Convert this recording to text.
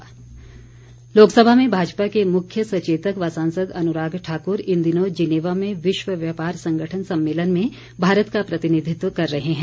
अनुराग ठाकुर लोकसभा में भाजपा के मुख्य सचेतक व सांसद अनुराग ठाकुर इन दिनों जिनेवा में विश्व व्यापार संगठन सम्मेलन में भारत का प्रतिनिधित्व कर रहे हैं